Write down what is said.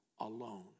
alone